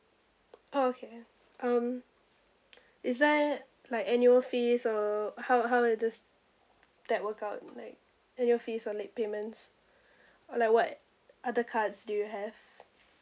okay um is there like annual fees or how how is this that work out like annual fees or late payments like what other cards do you have